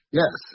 yes